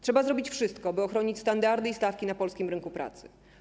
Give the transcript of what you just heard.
Trzeba zrobić wszystko, by ochronić standardy i stawki na polskim rynku pracy.